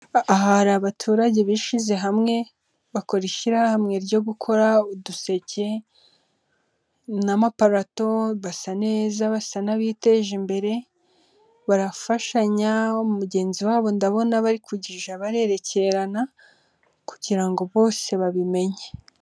Aha hari abaturage bishyize hamwe bakora ishyirahamwe ryo gukora uduseke n'amaparato, basa neza basa n'abiteje imbere barafashanya, mugenzi wabo ndabona bari kujya barerekererana kugira ngo bose babimenye.